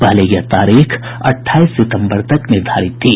पहले यह तारीख अट्ठाईस सितम्बर तक निर्धारित थी